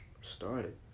started